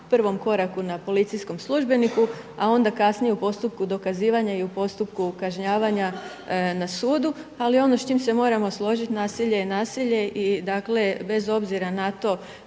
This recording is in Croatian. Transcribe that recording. na prvom koraku na policijskom službeniku, a onda kasnije u postupku dokazivanja i u postupku kažnjavanja na sudu. Ali ono s čim se moramo složiti nasilje je nasilje i bez obzira na to